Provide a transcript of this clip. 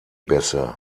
bässe